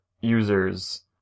users